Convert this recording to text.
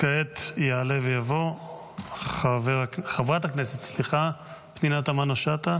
כעת תעלה ותבוא חברת הכנסת פנינה תמנו שטה